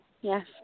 yes